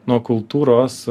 nuo kultūros